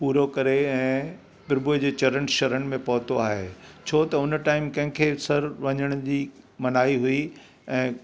पूरो करे ऐं प्रभूअ जे चरन शरण में पहुतो आहे छो त उन टाईम कंहिं खे सरु वञण जी मनाई हुई ऐं